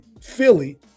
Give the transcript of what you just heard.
Philly